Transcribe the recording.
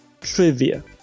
trivia